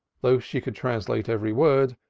though she could translate every word,